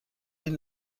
این